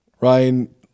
Ryan